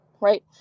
right